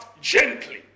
gently